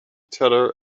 teller